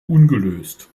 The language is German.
ungelöst